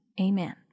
amen